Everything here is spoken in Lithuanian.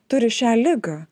turi šią ligą